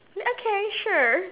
okay sure